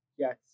Yes